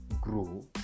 grow